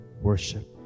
worship